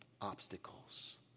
obstacles